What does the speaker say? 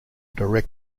direct